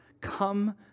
Come